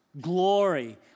Glory